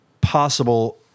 possible